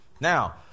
Now